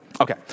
Okay